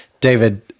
David